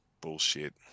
bullshit